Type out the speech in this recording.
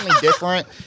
different